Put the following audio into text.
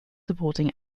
supporting